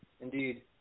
Indeed